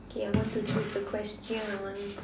K I want to choose the question